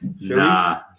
Nah